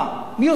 מי עושה רע?